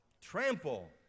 Trample